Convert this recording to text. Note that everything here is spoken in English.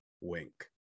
Wink